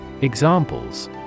Examples